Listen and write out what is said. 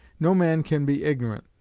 no man can be ignorant,